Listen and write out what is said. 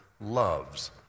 loves